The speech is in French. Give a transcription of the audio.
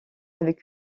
avec